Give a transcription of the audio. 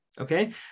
Okay